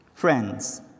Friends